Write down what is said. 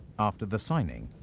after the signing,